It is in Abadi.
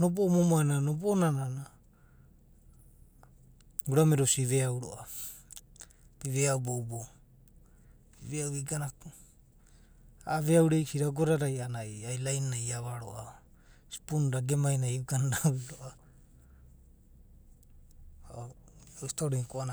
nobo’o momoai na a’anana, urame da osi di ive’au roa’va. ive’av boubou. vi ve’au vegana. a’a ve’avi reisi da ago dada a’anana, line nou iava roa’va, spoon da age main ai aonanai iugani da